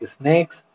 snakes